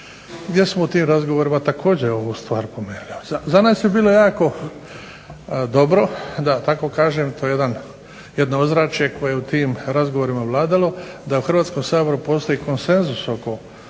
gdje smo u tim razgovorima također ovu stvar pomenuli. Za nas je bilo jako dobro da tako kažem jedno ozračje koje je u tim razgovorima vladalo da u Hrvatskom saboru postoji konsenzus oko pristupa